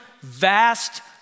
vast